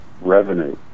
revenue